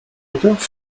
auteurs